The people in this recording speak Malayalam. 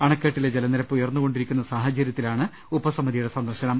അണക്കെട്ടിലെ ജലനിരപ്പ് ഉയർന്നുകൊണ്ടിരിക്കുന്ന സാഹചര്യത്തിലാണ് ഉപസമിതിയുടെ സന്ദർശനം